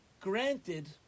granted